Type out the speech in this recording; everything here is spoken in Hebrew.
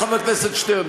חבר הכנסת שטרן,